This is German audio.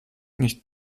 nicht